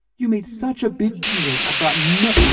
you made such a big deal about no,